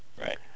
Right